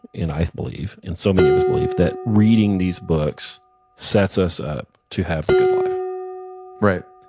and i believe, and so many of us believe that reading these books sets us up to have the good life right.